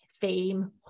theme